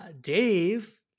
Dave